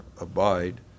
abide